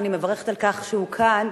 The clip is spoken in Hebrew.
ואני מברכת על כך שהוא כאן,